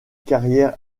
carrière